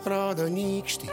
rodo nykštį